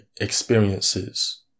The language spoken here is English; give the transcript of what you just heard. experiences